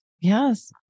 Yes